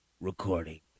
Recording